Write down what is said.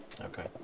Okay